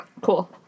Cool